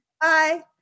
Bye